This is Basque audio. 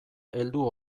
heldu